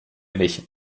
mich